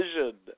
vision